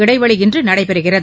இடைவெளி இன்றிநடைபெறுகிறது